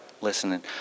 listening